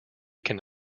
can